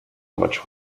much